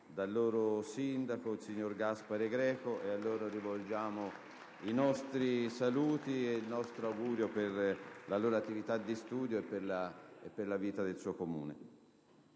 dal loro sindaco, dottor Gaspare Greco. A loro rivolgiamo i nostri saluti e il nostro augurio per la loro attività di studio e per la vita del Comune.